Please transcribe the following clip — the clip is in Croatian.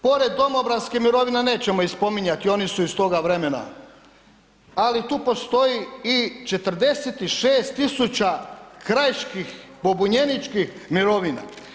Pored domobranskih mirovina, nećemo ih spominjati oni su iz toga vremena, ali tu postoji i 46.000 krajiških, pobunjeničkih mirovina.